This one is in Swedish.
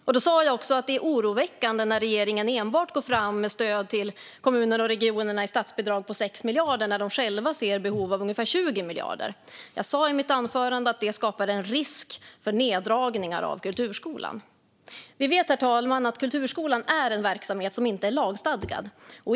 Och jag sa att det är oroväckande när regeringen går fram med stöd till kommuner och regioner med statsbidrag på bara 6 miljarder när de själva ser behov av ungefär 20 miljarder. Jag sa i mitt anförande att detta skapar en risk för neddragningar av kulturskolan. Vi vet, herr talman, att kulturskolan är en verksamhet som inte är lagstadgad.